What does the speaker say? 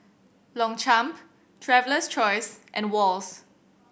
Longchamp Traveler's Choice and Wall's